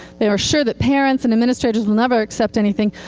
they are sure that parents and administrators will never accept anything.